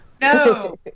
No